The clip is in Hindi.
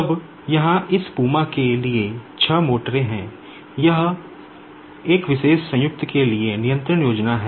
अब यहाँ इस PUMA के लिए छह मोटरें हैं अब यह एक विशेष संयुक्त के लिए नियंत्रण योजना है